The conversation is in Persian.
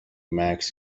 مکث